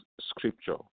scripture